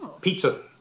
Pizza